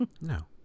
no